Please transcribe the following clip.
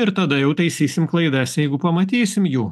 ir tada jau taisysim klaidas jeigu pamatysim jų